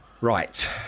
right